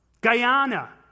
Guyana